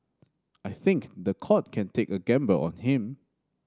I think the court can take a gamble on him